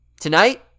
Tonight